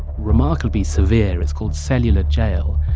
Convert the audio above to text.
remarkably severe. it's called cellular jail.